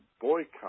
boycott